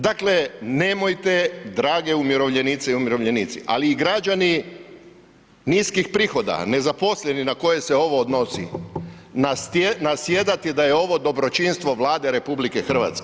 Dakle, nemojte drage umirovljenice i umirovljenici, ali i građani niskih prihoda, nezaposleni, na koje se ovo odnosi nasjedati da je ovo dobročinstvo Vlade RH.